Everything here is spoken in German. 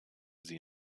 sie